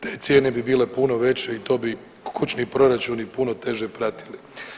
Te cijene bi bile puno veće i to bi kućni proračuni puno teže pratili.